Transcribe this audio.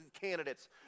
candidates